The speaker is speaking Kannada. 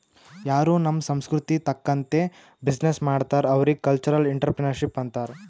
ಯಾರೂ ನಮ್ ಸಂಸ್ಕೃತಿ ತಕಂತ್ತೆ ಬಿಸಿನ್ನೆಸ್ ಮಾಡ್ತಾರ್ ಅವ್ರಿಗ ಕಲ್ಚರಲ್ ಇಂಟ್ರಪ್ರಿನರ್ಶಿಪ್ ಅಂತಾರ್